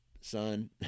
son